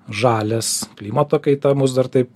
žalias klimato kaita mus dar taip